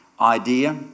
idea